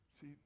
See